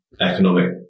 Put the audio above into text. economic